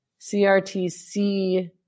CRTC